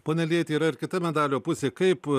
pone iljeiti yra ir kita medalio pusė kaip